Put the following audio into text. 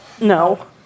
No